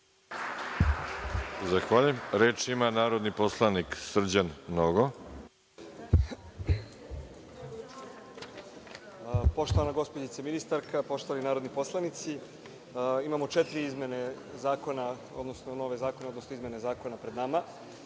Zahvaljujem. Reč ima narodni poslanik Srđan Nogo. **Srđan Nogo** Poštovana gospođice ministarka, poštovani narodni poslanici, imamo četiri izmene zakona, odnosno nove zakone, odnosno izmene zakona pred nama.